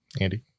Andy